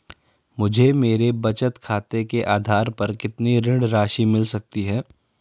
मुझे मेरे बचत खाते के आधार पर कितनी ऋण राशि मिल सकती है?